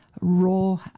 raw